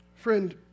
Friend